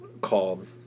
called